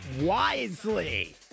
wisely